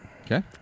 Okay